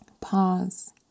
Pause